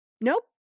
Nope